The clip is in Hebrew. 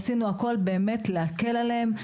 עשינו הכול להקל עליהם.